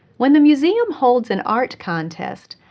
when the museum holds an art contest,